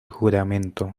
juramento